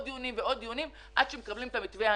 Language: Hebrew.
דיונים ועוד דיונים עד שיקבלו את המתווה הנכון.